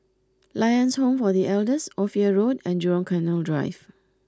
Lions Home for The Elders Ophir Road and Jurong Canal Drive